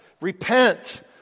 repent